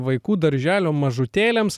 vaikų darželio mažutėliams